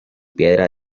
piedra